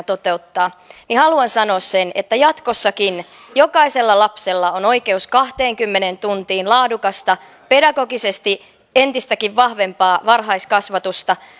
toteuttaa niin haluan sanoa sen että jatkossakin jokaisella lapsella on oikeus kahteenkymmeneen tuntiin laadukasta pedagogisesti entistäkin vahvempaa varhaiskasvatusta